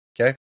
okay